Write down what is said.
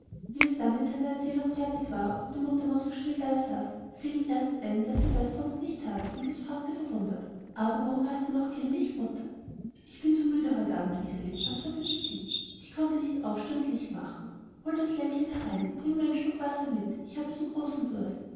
wie es dann mit seiner erzählung fertig war und die mutter noch so still dasaß fiel ihm erst ein daß sie das sonst nicht tat und es fragte verwundert aber warum hast du noch kein licht mutter ich bin so müde heut abend wiseli antwortete sie ich konnte nicht aufstehen und licht machen hol das lämpchen herein und bring mir einen schluck wasser mit ich habe so großen durst